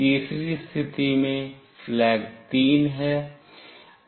तीसरी स्थिति में flag 3 है